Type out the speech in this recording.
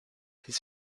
his